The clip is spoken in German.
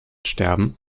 sterben